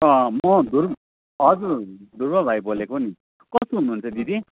अँ म धुर्व हजुर धुर्व भाइ बोलेको नि कस्तो हुनुहुन्छ दिदी